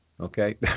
Okay